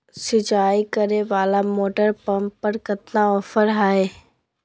सिंचाई करे वाला मोटर पंप पर कितना ऑफर हाय?